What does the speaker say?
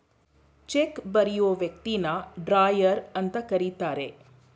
check ಬರಿಯೋ ವ್ಯಕ್ತಿನ drawer ಅಂತ ಕರಿತರೆ